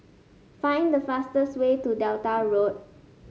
find the fastest way to Delta Road